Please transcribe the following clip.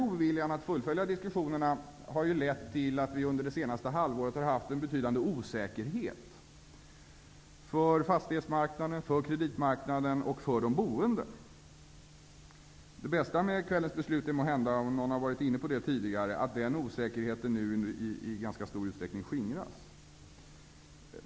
Oviljan att fullfölja diskussionerna har lett till att vi under det senaste halvåret har haft en betydande osäkerhet för fastighetsmarknaden, för kreditmarknaden och för de boende. Det bästa med kvällens beslut är måhända, och någon har varit inne på det tidigare, att den osäkerheten nu i ganska stor utsträckning skingras.